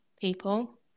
people